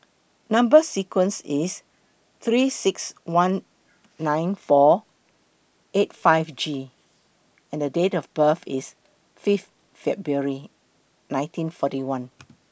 Number sequence IS three six one nine four eight five G and Date of birth IS Fifth February nineteen forty one